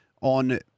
on